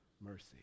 mercy